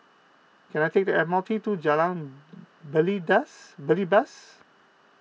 can I take the M R T to Jalan Belibas